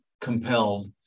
compelled